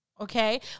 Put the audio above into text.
Okay